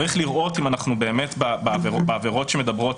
צריך לראות אם אנחנו - באמת בעבירות שמדברות